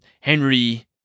Henry